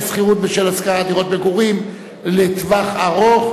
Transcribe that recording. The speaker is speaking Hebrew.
שכירות בשל השכרת דירות מגורים לטווח ארוך),